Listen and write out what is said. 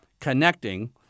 connecting